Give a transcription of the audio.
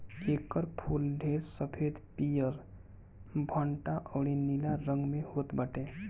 एकर फूल ढेर सफ़ेद, पियर, भंटा अउरी नीला रंग में होत बाटे